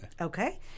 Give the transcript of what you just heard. Okay